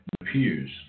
appears